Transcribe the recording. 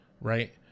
right